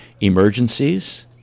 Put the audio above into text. Emergencies